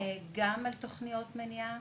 גם על תוכניות מניעה,